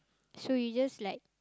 so you just like